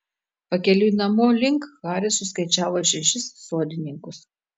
pakeliui namo link haris suskaičiavo šešis sodininkus